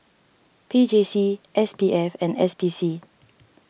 P J C S P F and S P C